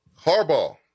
Harbaugh